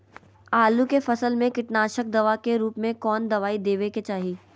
आलू के फसल में कीटनाशक दवा के रूप में कौन दवाई देवे के चाहि?